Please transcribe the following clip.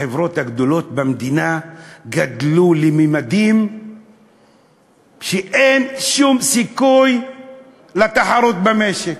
החברות הגדולות במדינה גדלו לממדים כאלה שאין שום סיכוי לתחרות במשק.